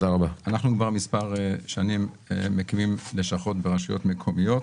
אנחנו כבר מספר שנים מקימים לשכות ברשויות מקומיות,